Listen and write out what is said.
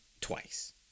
twice